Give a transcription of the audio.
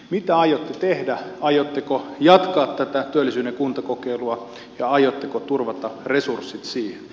mitä aiotte tehdä aiotteko jatkaa tätä työllisyyden kuntakokeilua ja aiotteko turvata resurssit siihen